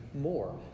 more